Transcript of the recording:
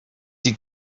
die